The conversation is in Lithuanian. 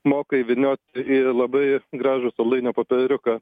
moka įvyniot į labai gražų saldainio popieriuką